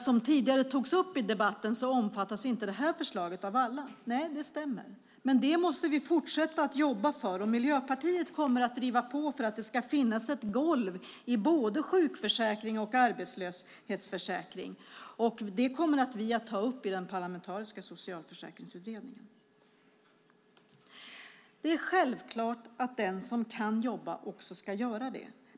Som tidigare togs upp i debatten omfattas inte alla av detta förslag. Det stämmer. Men vi måste fortsätta att jobba för detta, och Miljöpartiet kommer att driva på för att det ska finnas ett golv i både sjukförsäkring och arbetslöshetsförsäkring. Det kommer vi att ta upp i Parlamentariska socialförsäkringsutredningen. Det är självklart att den som kan jobba också ska göra det.